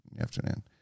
afternoon